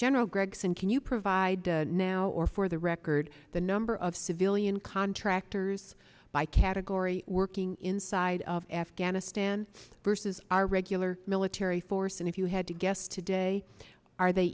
general gregson can you provide now or for the record the number of civilian contractors by category working inside of afghanistan versus our regular military force and if you had to guess today are they